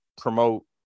promote